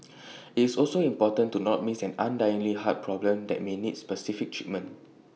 it's also important to not miss an underlying heart problem that may need specific treatment